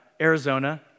Arizona